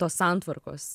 tos santvarkos